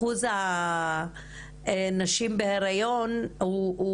אחוז הנשים בהיריון הוא פחות.